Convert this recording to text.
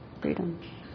freedom